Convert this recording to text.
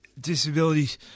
disabilities